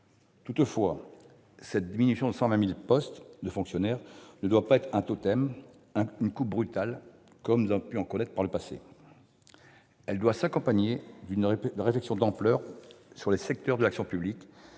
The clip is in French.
Toutefois, cette diminution de 120 000 du nombre des fonctionnaires ne doit pas être un totem, une coupe brutale comme nous en avons connu par le passé. Elle doit s'accompagner d'une réflexion d'ampleur sur les secteurs de l'action publique